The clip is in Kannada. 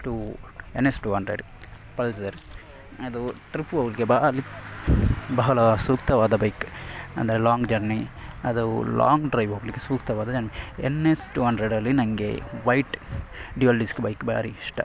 to N S two hundred Pulsar ಅದು ಟ್ರಿಪ್ಪಿಗೆ ಹೋಗ್ಲಿಕ್ಕೆ ಭಾರಿ ಬಹಳ ಸೂಕ್ತವಾದ ಬೈಕ್ ಅಂದರೆ ಲಾಂಗ್ ಜರ್ನಿ ಅದು ಲಾಂಗ್ ಡ್ರೈವ್ ಹೋಗಲಿಕ್ಕೆ ಸೂಕ್ತವಾದದ್ದು ಎನ್ ಎಸ್ ಟು ಹಂಡ್ರೆಡಲ್ಲಿ ನನಗೆ ವೈಟ್ ಡ್ಯೂಯಲ್ ಡಿಸ್ಕ್ ಬೈಕ್ ಭಾರಿ ಇಷ್ಟ